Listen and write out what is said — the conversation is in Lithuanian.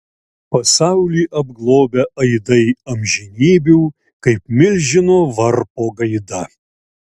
pasaulį apglobę aidai amžinybių kaip milžino varpo gaida